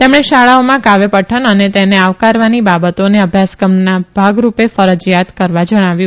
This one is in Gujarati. તેમણે શાળાઓમાં કાવ્ય પઠન અને તેને આવકારવાની બાબતોને અભ્યાસક્રમના ભાગરૂપે કરજીયાત કરવા જણાવ્યું